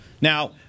Now